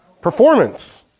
Performance